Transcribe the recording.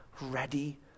ready